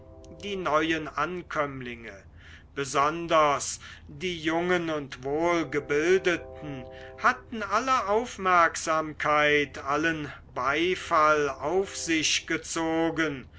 die neuen ankömmlinge besonders die jungen und wohlgebildeten hatten alle aufmerksamkeit allen beifall auf sich gezogen